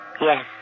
Yes